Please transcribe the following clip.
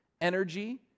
energy